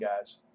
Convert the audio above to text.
guys